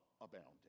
abounding